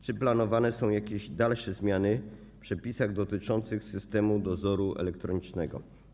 Czy planowane są jakieś dalsze zmiany w przepisach dotyczących systemu dozoru elektronicznego?